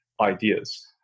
ideas